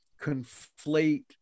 conflate